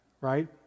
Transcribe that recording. Right